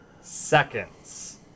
seconds